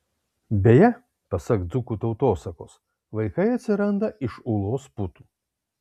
beje pasak dzūkų tautosakos vaikai atsiranda iš ūlos putų